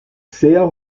sehr